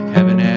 Heaven